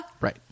right